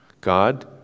God